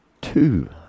two